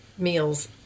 Meals